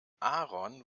aaron